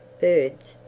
birds,